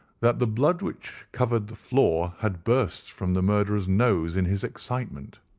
that the blood which covered the floor had burst from the murderer's nose in his excitement.